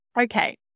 Okay